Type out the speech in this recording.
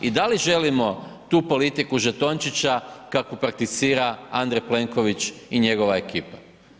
I da li želimo tu politiku zatočnica, kakvo prakticira Andrej Plenković i njegova ekipa.